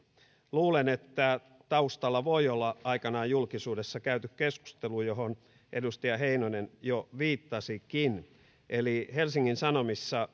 luulen että taustalla voi olla aikanaan julkisuudessa käyty keskustelu johon edustaja heinonen jo viittasikin eli helsingin sanomissa